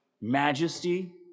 Majesty